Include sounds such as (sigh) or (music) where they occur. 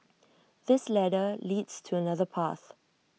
(noise) this ladder leads to another path